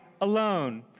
alone